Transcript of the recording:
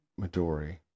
Midori